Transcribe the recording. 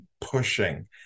pushing